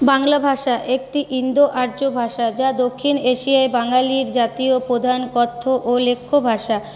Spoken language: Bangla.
বাংলা ভাষা একটি ইন্দো আর্য ভাষা যা দক্ষিণ এশিয়ায় বাঙালির জাতীয় প্রধান কথ্য ও লেখ্য ভাষা